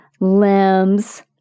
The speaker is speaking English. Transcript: limbs